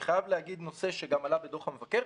אני חייב להגיד נושא שגם עלה בדוח המבקר.